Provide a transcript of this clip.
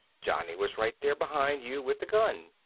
johnny was right there behind you with the gun.